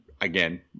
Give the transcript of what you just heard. Again